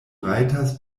rajtas